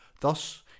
Thus